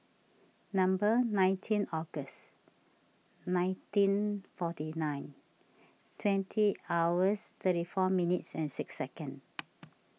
number nineteen August nineteen forty nine twenty hours thirty four minutes and six seconds